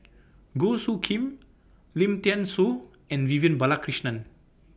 Goh Soo Khim Lim Thean Soo and Vivian Balakrishnan